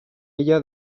ella